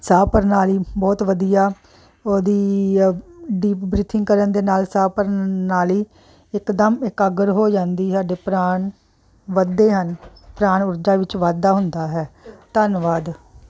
ਸਾਹ ਪ੍ਰਣਾਲੀ ਬਹੁਤ ਵਧੀਆ ਉਹਦੀ ਡੀਪ ਬਰੀਥਿੰਗ ਕਰਨ ਦੇ ਨਾਲ ਸਾਹ ਪ੍ਰਣਾਲੀ ਇੱਕਦਮ ਇਕਾਗਰ ਹੋ ਜਾਂਦੀ ਆ ਡਿਫਰਾਮ ਵੱਧਦੇ ਹਨ ਪ੍ਰਾਣ ਉਰਜਾ ਵਿੱਚ ਵਾਧਾ ਹੁੰਦਾ ਹੈ ਧੰਨਵਾਦ